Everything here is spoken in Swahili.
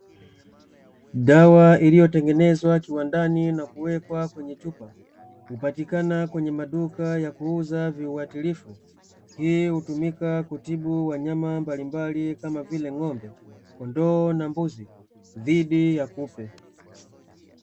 Dawa iliyotengenezwa kiwandani na kuwekwa kwenye chupa. Hupatikana kwenye maduka yakuuza viwatilifu, hii hutumika kutibu wanyama mbalimbali kama vile: ng’ombe, kondoo na mbuzi; dhidi ya kupe.